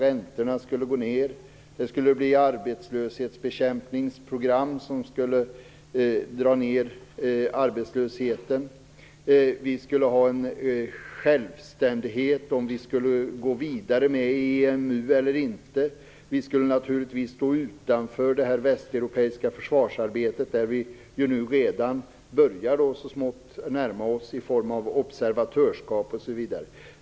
Räntorna skulle t.ex. gå ned, vi skulle få program som skulle minska arbetslösheten och vi skulle ha en självständighet i frågan om att gå med i EMU eller inte. Vi skulle naturligtvis stå utanför det västeuropeiska försvarssamarbetet, men vi börjar redan nu närma oss detta så smått genom ett observatörskap osv.